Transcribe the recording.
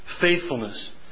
Faithfulness